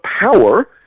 power